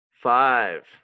Five